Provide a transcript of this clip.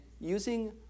using